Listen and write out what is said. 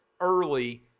early